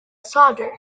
solder